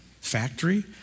factory